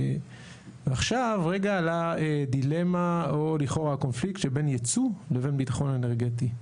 עכשיו רגע לדילמה או לכאורה הקונפליקט שבין ייצוא לבין ביטחון אנרגטי.